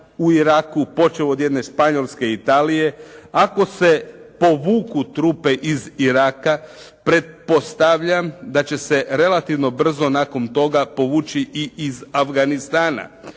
u Iraku počev od jedne Španjolske i Italije. Ako se povuku trupe iz Iraka pretpostavljam da će se relativno brzo nakon toga povući i iz Afganistana.